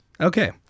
Okay